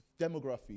demography